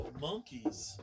Monkeys